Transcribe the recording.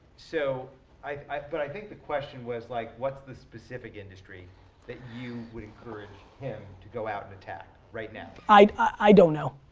so, but i think the question was like what's the specific industry that you would encourage him to go out and attack, right now. i don't know.